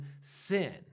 sin